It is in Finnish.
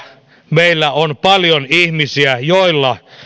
meillä on paljon ihmisiä joilla